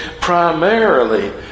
primarily